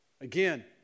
Again